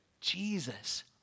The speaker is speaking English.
Jesus